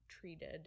treated